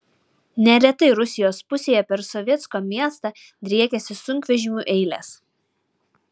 neretai rusijos pusėje per sovetsko miestą driekiasi sunkvežimių eilės